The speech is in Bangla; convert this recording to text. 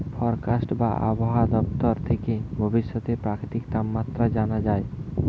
ফরকাস্ট বা আবহায়া দপ্তর থেকে ভবিষ্যতের প্রাকৃতিক তাপমাত্রা জানা যায়